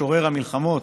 משורר המלחמות",